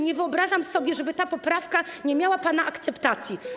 Nie wyobrażam sobie, żeby ta poprawka nie uzyskała państwa akceptacji.